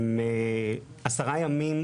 10 ימים,